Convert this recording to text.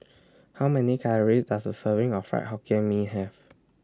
How Many Calories Does A Serving of Fried Hokkien Mee Have